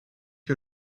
que